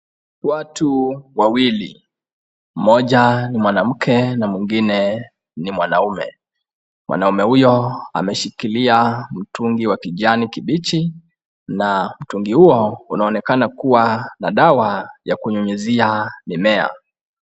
Watu wawili , mmoja ni mwanamke na mwingine ni mwanaume. Mwanaume huyo ameshikilia mtungi wa kijani kibichi na mtungi huo unaonekana kuwa na dawa ya kunyunyizia mimea.